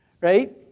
Right